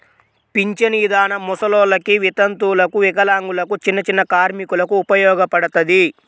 పింఛను ఇదానం ముసలోల్లకి, వితంతువులకు, వికలాంగులకు, చిన్నచిన్న కార్మికులకు ఉపయోగపడతది